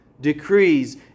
decrees